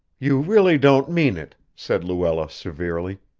you really don't mean it, said luella severely,